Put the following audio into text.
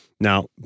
Now